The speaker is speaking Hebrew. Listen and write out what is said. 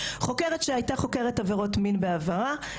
חוקרת שהייתה חוקרת עבירות מין בעברה,